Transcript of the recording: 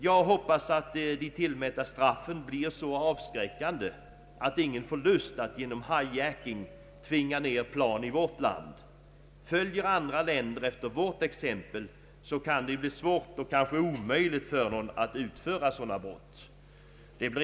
Jag hoppas att de tillmätta straffen blir så avskräckande att ingen får lust att genom hijacking tvinga ner plan i vårt land. Följer andra länder vårt exempel kan det bli svårt och kanske omöjligt att utföra sådana brott.